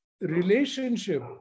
relationship